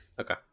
Okay